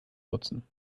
nutzen